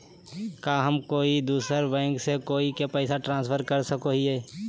का हम कोई दूसर बैंक से कोई के पैसे ट्रांसफर कर सको हियै?